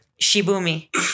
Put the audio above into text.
Shibumi